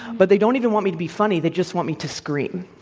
but they don't even want me to be funny. they just want me to scream